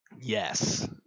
Yes